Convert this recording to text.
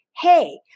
hey